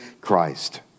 Christ